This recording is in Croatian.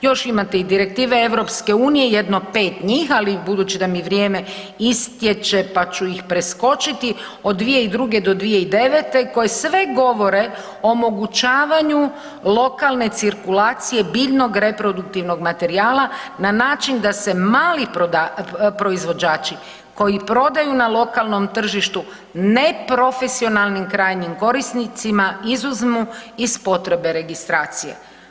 Još imate i direktive EU-a, jedno 5 njih ali budući da mi vrijeme istječe pa ću ih preskočiti, od 2002. do 2009. koje sve govore o omogućavanju lokalne cirkulacije biljnog reproduktivnog materijala na način da se mali proizvođači koji prodaju na lokalnom tržištu neprofesionalnim krajnjim korisnicima, izuzmu iz potrebe registracije.